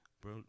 bro